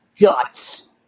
Guts